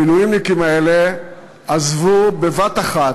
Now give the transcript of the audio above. המילואימניקים האלה עזבו בבת-אחת,